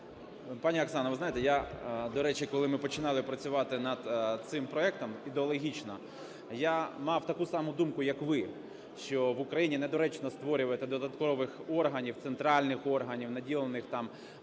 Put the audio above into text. Пані Оксана, ви знаєте, я, до речі, коли ми починали працювати над цим проектом ідеологічно, я мав таку саму думку, як ви, що в Україні недоречно створювати додаткових органів, центральних органів, наділених там